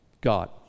God